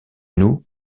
nous